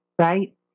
right